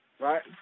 right